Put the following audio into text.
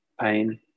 pain